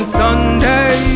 sunday